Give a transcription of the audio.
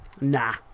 Nah